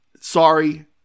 sorry